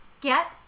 Get